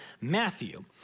Matthew